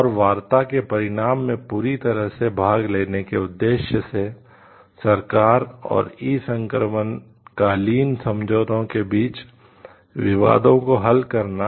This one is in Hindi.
और वार्ता के परिणाम में पूरी तरह से भाग लेने के उद्देश्य से सरकार और ई संक्रमणकालीन समझौतों के बीच विवादों को हल करना